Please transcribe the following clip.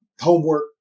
homework